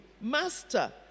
Master